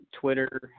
twitter